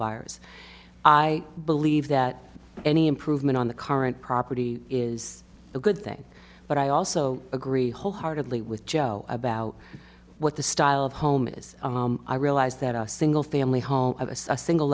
buyers i believe that any improvement on the current property is a good thing but i also agree wholeheartedly with joe about what the style of home is i realized that our single family home of a single